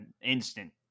Instant